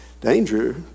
danger